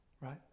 right